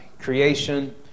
creation